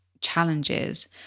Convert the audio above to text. challenges